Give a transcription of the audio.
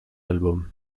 album